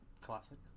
classic